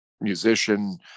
musician